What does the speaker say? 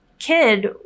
kid